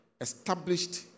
established